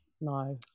no